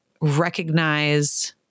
recognize